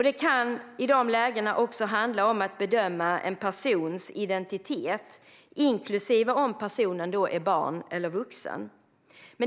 Det kan i de lägena också handla om att bedöma en persons identitet, inklusive om personen är barn eller vuxen.